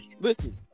Listen